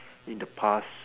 in the past